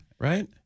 Right